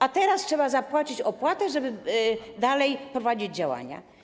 A teraz trzeba wnieść opłatę, żeby dalej prowadzić działania.